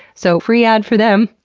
so free ad for them,